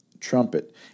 Trumpet